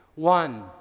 One